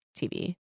TV